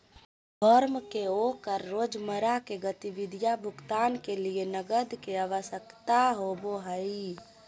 firm के ओकर रोजमर्रा के गतिविधि भुगतान के लिये नकद के आवश्यकता होबो हइ